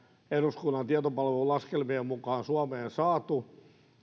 eduskunnan tietopalvelun laskelmien mukaan saatu